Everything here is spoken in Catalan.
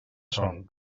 son